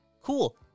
cool